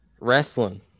Wrestling